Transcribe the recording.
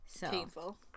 Painful